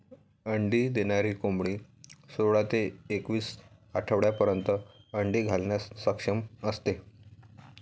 अंडी देणारी कोंबडी सोळा ते एकवीस आठवड्यांपर्यंत अंडी घालण्यास सक्षम असते